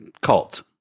cult